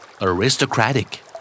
Aristocratic